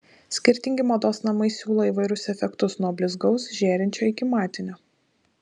skirtingi mados namai siūlo įvairius efektus nuo blizgaus žėrinčio iki matinio